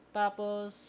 tapos